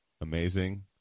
amazing